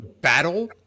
battle